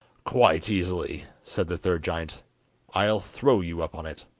quite easily said the third giant i'll throw you up on it